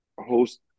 host